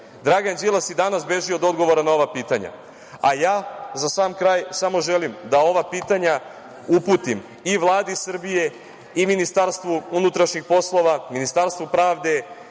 Dragan Đilas i danas beži od odgovora na ova pitanja.Za sam kraj, samo želim da ova pitanja uputim i Vladi Srbije i Ministarstvu unutrašnjih poslova, Ministarstvu pravde